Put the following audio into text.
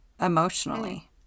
emotionally